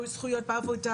או זכויות בעבודה,